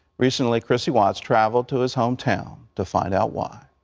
recently kristi watts traveled to his hometown to find out why. i